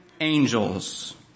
angels